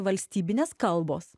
valstybinės kalbos